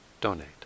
donate